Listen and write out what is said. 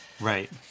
right